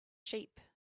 sheep